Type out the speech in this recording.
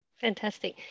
Fantastic